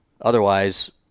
Otherwise